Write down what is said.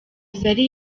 zari